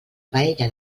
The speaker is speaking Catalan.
paella